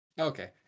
okay